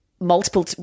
Multiple